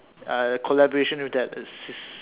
uh collaboration with that sis~